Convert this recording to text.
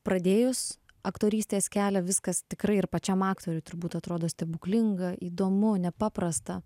pradėjus aktorystės kelią viskas tikrai ir pačiam aktoriui turbūt atrodo stebuklinga įdomu nepaprasta